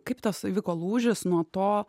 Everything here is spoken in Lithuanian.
kaip tas įvyko lūžis nuo to